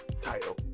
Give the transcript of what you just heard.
title